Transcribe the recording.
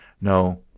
No